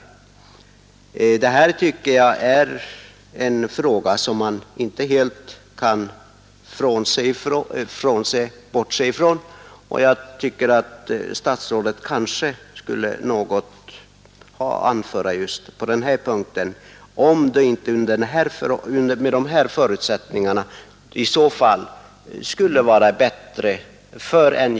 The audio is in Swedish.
Det är en fråga som man inte helt kan bortse från, och statsrådet kanske har något att anföra just på den punkten.